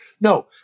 No